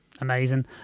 Amazing